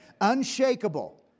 Unshakable